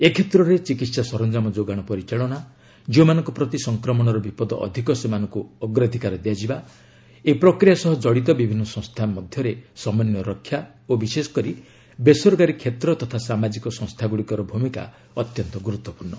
ଏ କ୍ଷେତ୍ରରେ ଚିକିତ୍ସା ସରଞ୍ଜାମ ଯୋଗାଣ ପରିଚାଳନା ଯେଉଁମାନଙ୍କ ପ୍ରତି ସଂକ୍ରମଣର ବିପଦ ଅଧିକ ସେମାନଙ୍କୁ ଅଗ୍ରାଧିକାର ଦିଆଯିବା ଏହି ପ୍ରକ୍ରିୟା ସହ ଜଡ଼ିତ ବିଭିନ୍ନ ସଂସ୍ଥା ମଧ୍ୟରେ ସମନ୍ୱୟ ରକ୍ଷା ଓ ବିଶେଷ କରି ବେସରକାରୀ କ୍ଷେତ୍ର ତଥା ସାମାଜିକ ସଂସ୍ଥାଗୁଡ଼ିକର ଭୂମିକା ଅତ୍ୟନ୍ତ ଗୁରୁତ୍ୱପୂର୍ଣ୍ଣ